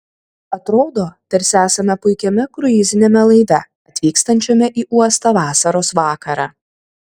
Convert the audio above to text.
atrodo tarsi esame puikiame kruiziniame laive atvykstančiame į uostą vasaros vakarą